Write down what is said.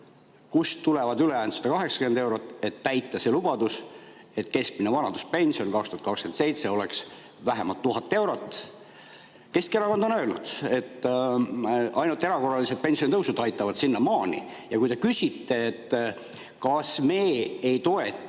Kust tulevad ülejäänud 180 eurot, et täita see lubadus, et keskmine vanaduspension 2027 on vähemalt 1000 eurot? Keskerakond on öelnud, et ainult erakorralised pensionitõusud aitavad sinnamaani. Ja kui te küsite, kas me ei toetaks